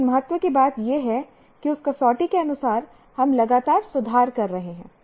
लेकिन महत्व की बात यह है कि उस कसौटी के अनुसार हम लगातार सुधार कर रहे हैं